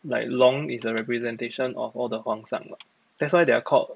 like 龙 is a representation of all the 皇上 what that's why they are called